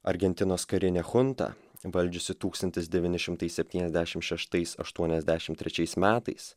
argentinos karinė chunta valdžiusi tūkstantis devyni šimtai septyniasdešim šeštais aštuoniasdešim trečiais metais